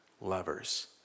lovers